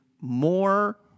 more